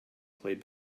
played